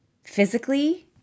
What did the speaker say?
Physically